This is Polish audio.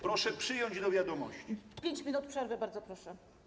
Proszę przyjąć do wiadomości... 5 minut przerwy, bardzo proszę.